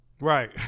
Right